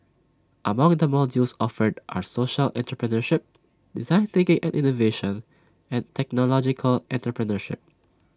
among the modules offered are social entrepreneurship design thinking and innovation and technological entrepreneurship